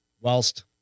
whilst